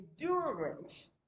endurance